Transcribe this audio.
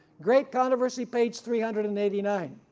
great controversy page three hundred and eighty nine,